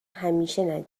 همیشه